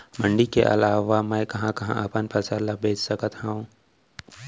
मण्डी के अलावा मैं कहाँ कहाँ अपन फसल ला बेच सकत हँव?